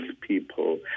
people